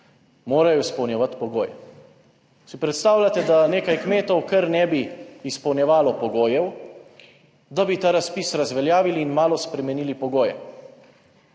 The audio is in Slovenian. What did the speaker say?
morajo izpolnjevati pogoje. Si predstavljate, da nekaj kmetov, ker ne bi izpolnjevali pogojev, da bi ta razpis razveljavili in malo spremenili pogoje